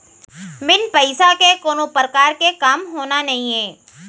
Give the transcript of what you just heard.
बिन पइसा के कोनो परकार के काम होना नइये